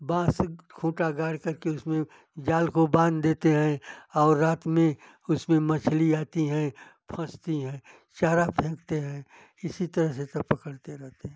बार्षिक खूटा गाड़ करके उसमें जाल को बाँध देते हैं और रात में उसमें मछली आती हैं फसती हैं चारा फेंकते हैं इसी तरह से सब पकड़ते रहते हैं